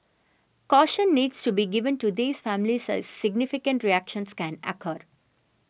caution needs to be given to these families as significant reactions can occur